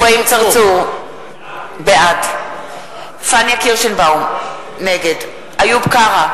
בעד פניה קירשנבאום, נגד איוב קרא,